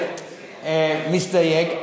מסתייג,